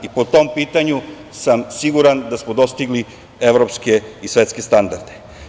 Po tom pitanju sam siguran da smo dostigli evropske i svetske standarde.